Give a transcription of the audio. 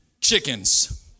chickens